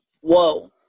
whoa